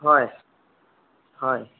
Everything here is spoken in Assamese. হয় হয়